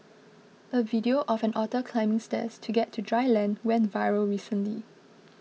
a video of an otter climbing stairs to get to dry land went viral recently